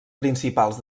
principals